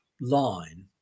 line